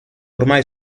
ormai